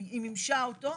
היא מימשה אותו.